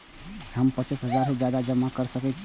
हमू पचास हजार से ज्यादा जमा कर सके छी?